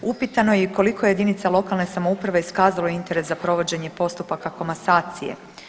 Upitano je i koliko je jedinica lokalne samouprave iskazalo interes za provođenje postupaka komasacije.